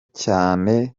cyane